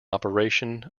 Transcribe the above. operation